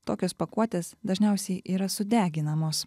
tokios pakuotės dažniausiai yra sudeginamos